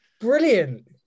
brilliant